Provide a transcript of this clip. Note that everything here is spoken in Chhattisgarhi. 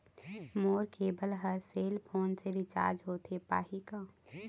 मोर केबल हर सेल फोन से रिचार्ज होथे पाही का?